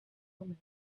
omen